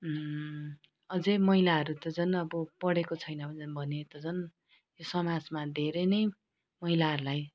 अझै महिलाहरू त झन् अब पढेको छैन भने त झन् यो समाजमा धेरै नै महिलाहरूलाई